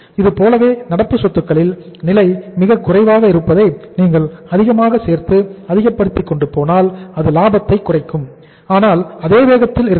இதுபோலவே நடப்பு சொத்துக்களின் நிலை மிகக் குறைவாக இருப்பதை நீங்கள் அதிகமாக சேர்த்து அதிகப்படுத்தி கொண்டு போனால் அது லாபத்தை குறைக்கும் ஆனால் அதே வேகத்தில் இருக்காது